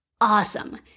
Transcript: Awesome